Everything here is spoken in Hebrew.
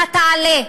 אתה תעלה,